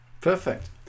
Perfect